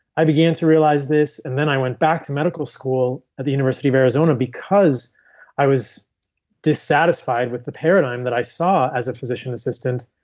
i began to realize this and then i went back to medical school at the university of arizona because i was dissatisfied with the paradigm that i saw as a physician assistant.